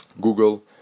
Google